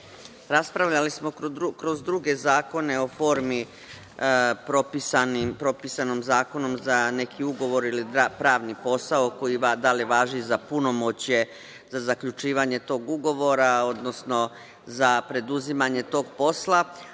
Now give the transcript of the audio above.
Raspravljali smo kroz druge zakone o formi propisanu zakonom za neki ugovor ili pravni posao, da li važi za punomoćje za zaključivanje tog ugovora, odnosno za preduzimanje tog posla,